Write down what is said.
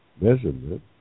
measurement